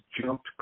jumped